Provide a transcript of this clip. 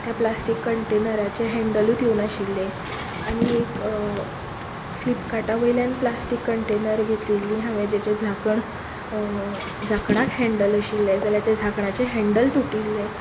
त्या प्लास्टीक कंटेनराचें हॅन्डलूच येवूंक नाशिल्लें आनी एक फ्लिपकार्टावयल्यान प्लास्टीक कंटेनर घेतिल्ली हांवें जेचे झांकण झांकणाक हॅन्डल आशिल्लें जाल्यार झांकणाचें हॅन्डल तुटिल्लें